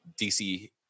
DC